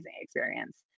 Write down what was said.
experience